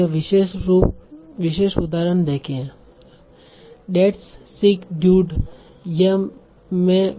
तो यह विशेष उदाहरण देखें - that's sick dude That's sick dude